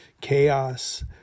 Chaos